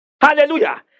Hallelujah